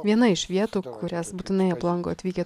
viena iš vietų kurias būtinai aplanko atvykę